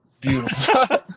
beautiful